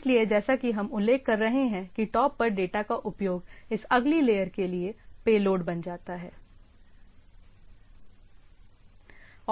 इसलिए जैसा कि हम उल्लेख कर रहे हैं कि टॉप पर डेटा का उपयोग इस अगली लेयर के लिए पेलोड बन जाता है